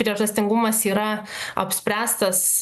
priežastingumas yra apspręstas